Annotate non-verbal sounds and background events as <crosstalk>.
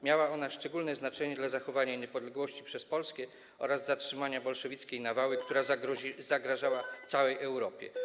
Miała ona szczególne znaczenie dla zachowania niepodległości przez Polskę oraz zatrzymania bolszewickiej nawały, <noise> która zagrażała całej Europie.